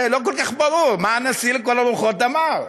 כן, לא כל כך ברור, מה הנשיא לכל הרוחות אמר.